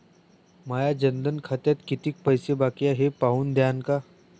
माया जनधन खात्यात कितीक पैसे बाकी हाय हे पाहून द्यान का?